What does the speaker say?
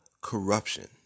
Corruption